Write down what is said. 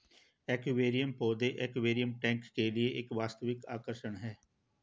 aquarium पौधे aquarium tank के लिए एक वास्तविक आकर्षण है